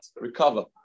recover